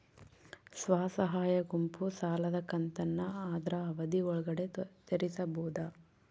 ಸ್ವಸಹಾಯ ಗುಂಪು ಸಾಲದ ಕಂತನ್ನ ಆದ್ರ ಅವಧಿ ಒಳ್ಗಡೆ ತೇರಿಸಬೋದ?